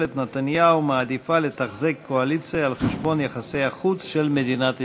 ממשלת נתניהו מעדיפה לתחזק קואליציה על חשבון יחסי החוץ של מדינת ישראל.